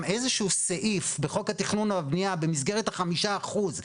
איזה שהוא סעיף בחוק התכנון והבנייה במסגרת החמישה אחוז,